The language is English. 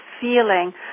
feeling